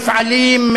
מפעלים,